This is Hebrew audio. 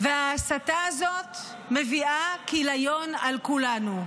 וההסתה הזאת מביאה כיליון על כולנו.